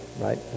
right